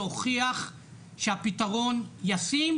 שהוכיח שהפתרון ישים,